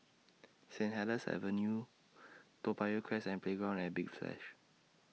Saint Helier's Avenue Toa Payoh Crest and Playground At Big flash